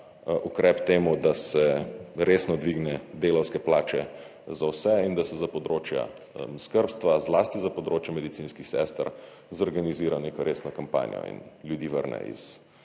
ukrep temu, da se resno dvigne delavske plače za vse in da se za področja skrbstva, zlasti za področje medicinskih sester, zorganizira neko resno kampanjo in ljudi vrne iz